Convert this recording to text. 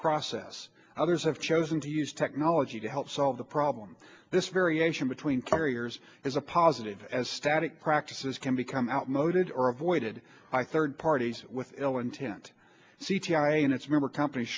process others have chosen to use technology to help solve the problem this variation between carriers is a positive as static practices can become outmoded or avoided by third parties with ill intent c g i and its member companies